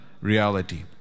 reality